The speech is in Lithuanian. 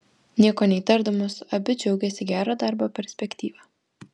nieko neįtardamos abi džiaugėsi gero darbo perspektyva